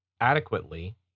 adequately